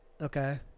Okay